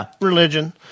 religion